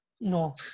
No